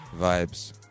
vibes